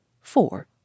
Four